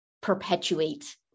perpetuate